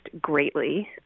greatly